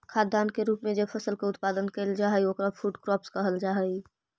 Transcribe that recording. खाद्यान्न के रूप में जे फसल के उत्पादन कैइल जा हई ओकरा फूड क्रॉप्स कहल जा हई